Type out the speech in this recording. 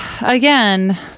again